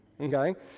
okay